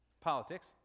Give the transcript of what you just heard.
Politics